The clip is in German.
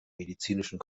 medizinischen